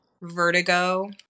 vertigo